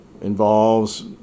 involves